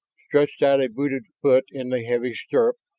stretched out a booted foot in the heavy stirrup,